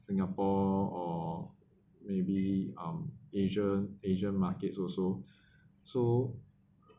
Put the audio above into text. singapore or maybe um asian asia markets also so